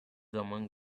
among